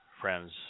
friends